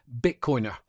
Bitcoiner